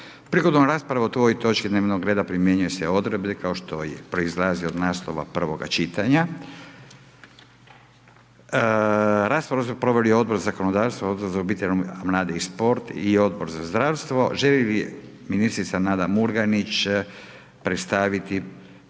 Prigodom rasprave o ovoj točki dnevnog reda primjenjuju se odredbe kao što proizlazi od naslova prvoga čitanja. Raspravu su proveli Odbor za zakonodavstvo, Odbor za obitelj, mlade i sport i Odbor za zdravstvo. Želi li ministrica Nada Murganić predstaviti zakon